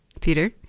Peter